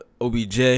OBJ